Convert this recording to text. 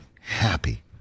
happy